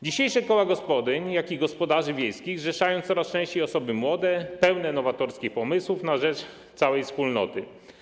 Dzisiejsze koła gospodyń i gospodarzy wiejskich zrzeszają coraz częściej osoby młode, pełne nowatorskich pomysłów na rzecz całej wspólnoty.